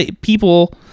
people